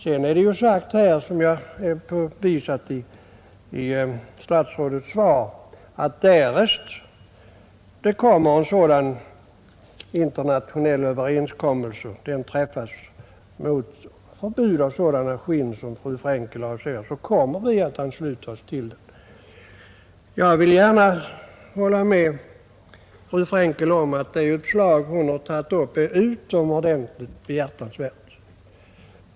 Men det har sagts — som framgår av statsrådets svar — att därest en internationell överenskommelse om förbud för import av sådana skinn som fru Frenkel nämnde träffas, kommer vi att ansluta oss till den. Jag vill gärna hålla med fru Frenkel om att det förslag hon tagit upp är utomordentligt behjärtansvärt.